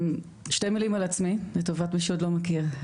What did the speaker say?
שתי מילים על עצמי לטובת מי שעוד לא מכיר.